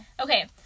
Okay